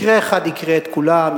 מקרה אחד יקרה את כולם,